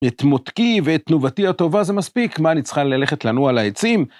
את מותקי ואת תנובתי הטובה זה מספיק מה נצטרך ללכת לנוע על העצים.